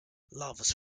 lavas